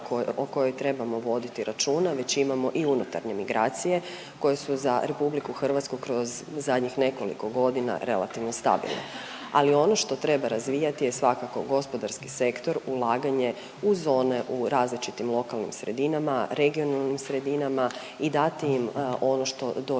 o kojoj trebamo voditi računa većinom i unutarnje migracije koje su za RH kroz zadnjih nekoliko godina relativno stabilne, ali ono što treba razvijati je svakako gospodarski sektor, ulaganje u zone u različitim lokalnim sredinama, regionalnim sredinama i dati im ono što doista